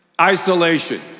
isolation